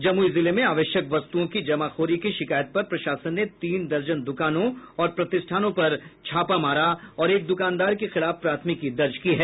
जमुई जिले में आवश्यक वस्तुओं की जमाखोरी की शिकायत पर प्रशासन ने तीन दर्जन दुकानों और प्रतिष्ठानों पर छापा मारा और एक दुकानदार के खिलाफ प्राथमिकी दर्ज की है